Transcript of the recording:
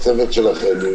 בצורה שתואמת לסיכון,